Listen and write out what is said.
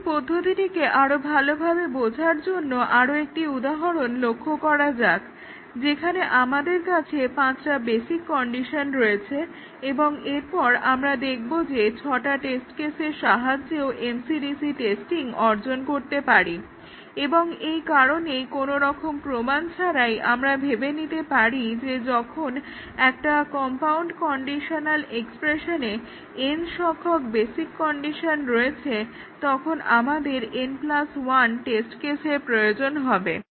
এখন পদ্ধতিটিকে আরো ভালভাবে বোঝার জন্য আরো একটি উদাহরণ লক্ষ্য করা যাক যেখানে আমাদের কাছে পাঁচটা বেসিক কন্ডিশন রয়েছে এবং এরপর আমরা দেখব যে আমরা 6টা টেস্ট কেসের সাহায্যেও MCDC টেস্টিং অর্জন করতে পারি এবং এই কারণেই কোনোরকম প্রমাণ ছাড়াই আমরা ভেবে নিতে পারি যে যখন একটা কম্পাউন্ড কন্ডিশনাল এক্সপ্রেশনে n সংখ্যক বেসিক কন্ডিশন রয়েছে তখন আমাদের n 1 টেস্ট কেসের প্রয়োজন হবে